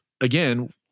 again—